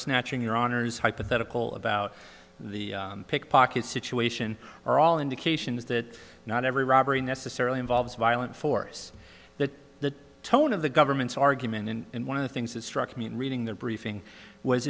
action your honour's hypothetical about the pickpocket situation are all indications that not every robbery necessarily involves violent force that the tone of the government's argument and one of the things that struck me in reading the briefing was